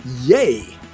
Yay